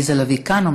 עליזה לביא כאן.